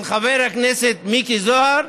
של חבר הכנסת מיקי זוהר,